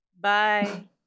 Bye